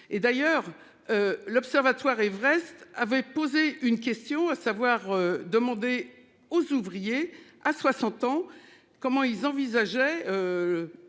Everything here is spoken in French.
Et d'ailleurs. L'Observatoire Everest avait posé une question, à savoir demander aux ouvriers à 60 ans. Comment ils envisageaient.